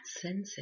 sensitive